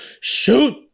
shoot